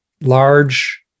large